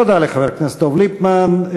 תודה לחבר הכנסת דב ליפמן.